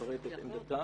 שמפרט את עמדתה